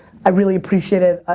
i really appreciate it.